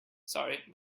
sorry